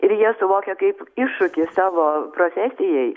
ir jie suvokia kaip iššūkį savo profesijai